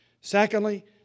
Secondly